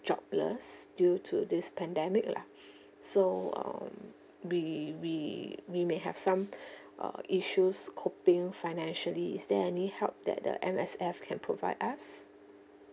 jobless due to this pandemic lah so um we we we may have some uh issues coping financially is there any help that the M_S_F can provide us